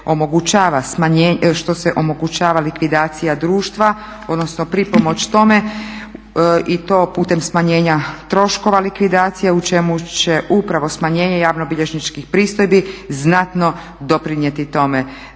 što se likvidacija društva odnosno pripomoć tome i to putem smanjenja troškova likvidacije u čemu će upravo smanjenje javnobilježničkih pristojbi znatno doprinijeti tome.